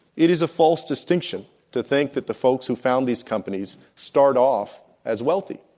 it is a false distinction to think that the folks who found these companies start off as wealthy.